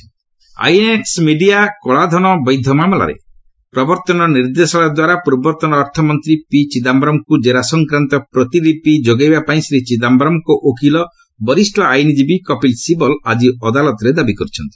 SC Chidambaram INX Media କଳାଧନ ବୈଧ ମାମଲାରେ ପ୍ରବର୍ତ୍ତନ ନିର୍ଦ୍ଦେଶାଳୟ ଦ୍ୱାରା ପୂର୍ବତନ ଅର୍ଥମନ୍ତ୍ରୀ ପି ଚିଦାୟରମଙ୍କୁ ଜେରା ସଂକ୍ରାନ୍ତ ପ୍ରତିଲିପି ଯୋଗାଇବା ପାଇଁ ଶ୍ରୀ ଚିଦାୟରମଙ୍କ ଓକିଲ ବରିଷ ଆଇନ୍ଜୀବୀ କପିଲ ଶିବଲ ଆଜି ଅଦାଲତରେ ଦାବି କରିଛନ୍ତି